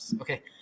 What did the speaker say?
Okay